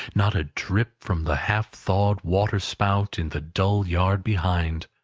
not a drip from the half-thawed water-spout in the dull yard behind,